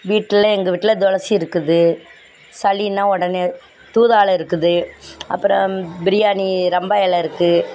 வீட்டில் எங்கள் வீட்டில் துளசி இருக்குது சளின்னால் உடனே தூதுளை இருக்குது அப்புறம் பிரியாணி ரம்பா எலை இருக்குது